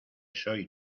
soy